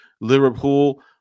Liverpool